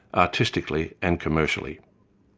artistically and commercially.